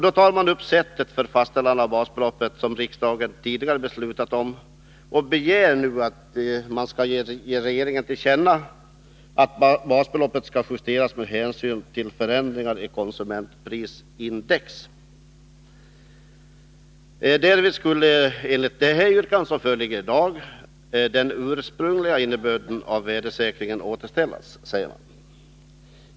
De tar därvid upp sättet för fastställande av det basbelopp som riksdagen tidigare har beslutat om och begär nu att riksdagen skall ge regeringen till känna att basbeloppet skall justeras med hänsyn till förändringar i konsumentprisindex. Därvid skulle, enligt det yrkande som föreligger i dag, den ursprungliga innebörden av värdesäkringen återställas, säger de.